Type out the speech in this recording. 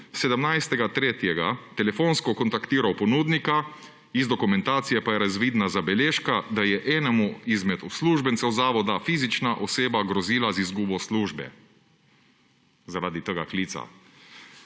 17. 3. telefonsko kontaktiral ponudnika. Iz dokumentacije pa je razvidna zabeležka, da je enemu izmed uslužbencev Zavoda fizična oseba grozila z izgubo službe zaradi tega klica.